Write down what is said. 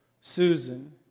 Susan